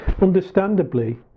Understandably